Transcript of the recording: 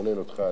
כולל אותך,